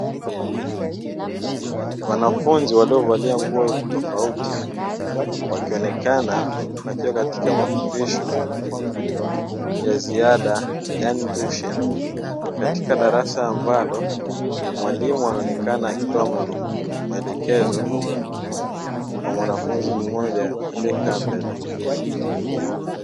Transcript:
Wanafunzi waliovalia nguo tofauti wakionekana wakiwa katika mafundisho ya ziada yaani twisheni, katika darasa ambalo mwalimu anaonekana akitoa maelekezo kwa mwanafunzi mmoja aliyekaa mbele.